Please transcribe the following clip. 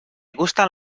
gustan